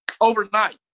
overnight